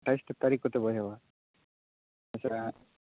ᱟᱴᱷᱟᱥ ᱛᱟᱹᱨᱤᱠᱷ ᱠᱚᱛᱮ ᱵᱚ ᱮᱦᱚᱵᱟ ᱟᱪᱪᱷᱟ